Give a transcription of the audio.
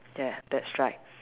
ya that's right